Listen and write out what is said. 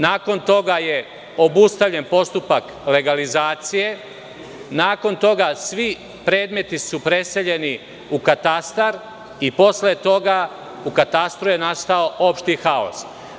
Nakon toga je obustavljen postupak legalizacije, nakon toga su svi predmeti preseljeni u katastar i posle toga u katastru je nastao opšti haos.